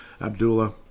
Abdullah